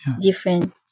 different